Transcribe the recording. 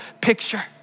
picture